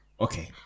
Okay